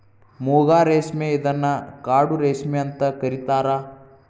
ಮೂಗಾ ರೇಶ್ಮೆ ಇದನ್ನ ಕಾಡು ರೇಶ್ಮೆ ಅಂತ ಕರಿತಾರಾ